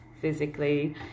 physically